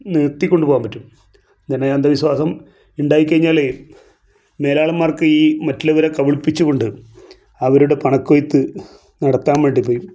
നിർത്തിക്കൊണ്ട് പോകാൻ പറ്റൂ ഇങ്ങനെ അന്ധവിശ്വാസം ഉണ്ടായി കഴിഞ്ഞാൽ മേലാളന്മാർക്ക് ഈ മറ്റുള്ളവരെ കബിളിപ്പിച്ചു കൊണ്ട് അവരുടെ പണക്കൊയ്ത്ത് നടത്താം വേണ്ടി പൊയ്